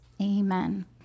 Amen